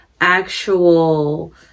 actual